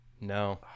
No